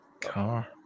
car